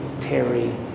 Terry